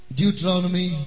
Deuteronomy